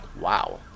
Wow